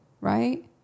Right